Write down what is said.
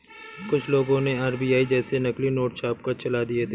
कुछ लोगों ने आर.बी.आई जैसे नकली नोट छापकर चला दिए थे